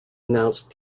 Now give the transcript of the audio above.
announced